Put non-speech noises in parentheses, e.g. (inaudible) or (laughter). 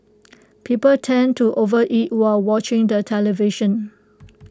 (noise) people tend to overeat while watching the television